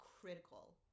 critical